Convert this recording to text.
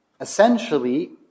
Essentially